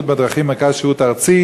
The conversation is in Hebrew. על הקמת מרכז שירות ארצי